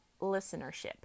listenership